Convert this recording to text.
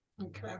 Okay